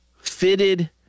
fitted